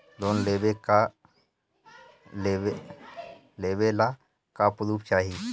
Loan लेवे ला का पुर्फ चाही?